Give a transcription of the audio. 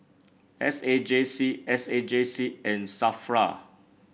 S A J C S A J C and Safra